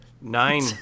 Nine